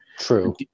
True